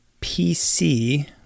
PC